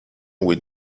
with